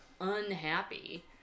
unhappy